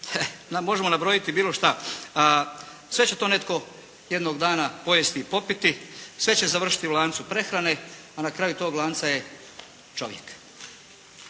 možemo nabrojiti bilo šta. Sve će to netko jednog dana pojesti i popiti, sve će završiti u lancu prehrane, a na kraju tog lanca je čovjek.